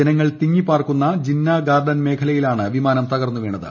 ജനങ്ങൾ തിങ്ങിപ്പാർക്കുന്ന ജിന്നാ ഗാർഡൻ മേഖലയിലാണ് വിമാനം തകർന്നു വീണത്